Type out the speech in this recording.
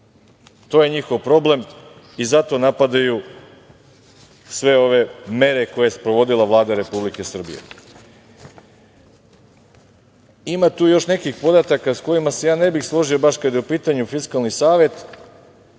To je njihov problem i zato napadaju sve ove mere koje je sprovodila Vlada Republike Srbije. Ima tu još nekih podataka sa kojima se ja ne bih složio, baš kada je u pitanju Fiskalni savet.